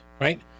right